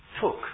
took